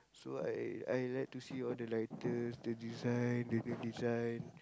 so I I like to see all the lighters the design the new design